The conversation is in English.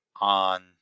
on